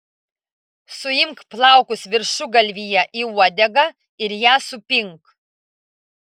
suimk plaukus viršugalvyje į uodegą ir ją supink